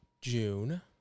June